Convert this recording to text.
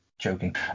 joking